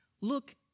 look